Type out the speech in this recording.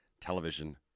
television